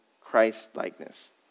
Christ-likeness